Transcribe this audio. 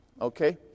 Okay